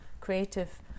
creative